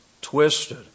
twisted